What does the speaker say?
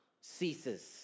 ceases